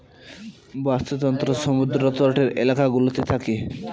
বাস্তুতন্ত্র সমুদ্র তটের এলাকা গুলোতে থাকে